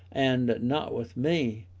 and not with me,